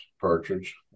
partridge